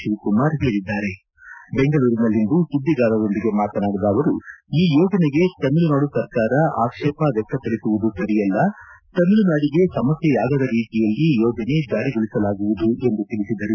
ಶಿವಕುಮಾರ್ ಹೇಳಿದ್ದಾರೆ ಬೆಂಗಳೂರಿನಲ್ಲಿಂದು ಸುದ್ದಿಗಾರರೊಂದಿಗೆ ಮಾತನಾಡಿದ ಅವರು ಈ ಯೋಜನೆಗೆ ತಮಿಳುನಾಡು ಸರ್ಕಾರ ಆಕ್ಷೇಪ ವ್ಯಕ್ತಪಡಿಸುವುದು ಸರಿಯಲ್ಲ ತಮಿಳುನಾಡಿಗೆ ಸಮಸ್ಥೆಯಾಗದ ರೀತಿಯಲ್ಲಿ ಯೋಜನೆ ಜಾರಿಗೊಳಿಸಲಾಗುವುದು ಎಂದು ತಿಳಿಸಿದರು